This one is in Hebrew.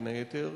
בין היתר,